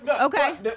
Okay